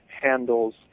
handles